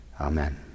amen